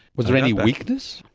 was there any weakness?